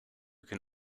can